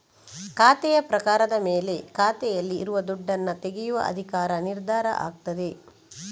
ಖಾತೆಯ ಪ್ರಕಾರದ ಮೇಲೆ ಖಾತೆಯಲ್ಲಿ ಇರುವ ದುಡ್ಡನ್ನ ತೆಗೆಯುವ ಅಧಿಕಾರ ನಿರ್ಧಾರ ಆಗ್ತದೆ